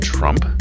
Trump